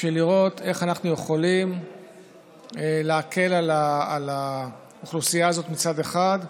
בשביל לראות איך אנחנו יכולים להקל על האוכלוסייה הזאת מצד אחד,